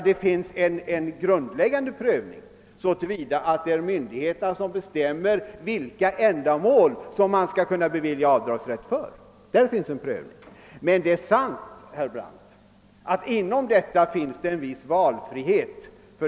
Det finns dock en grundläggande prövning så till vida att myndigheterna bestämmer för vilka ändamål avdragsrätt skulle kunna beviljas. I detta ligger en pröv ning.